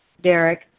Derek